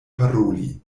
paroli